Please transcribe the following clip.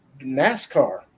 NASCAR